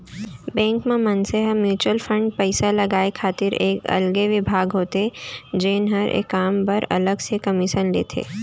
bank म मनसे ह म्युचुअल फंड पइसा लगाय खातिर एक अलगे बिभाग होथे जेन हर ए काम बर अलग से कमीसन लेथे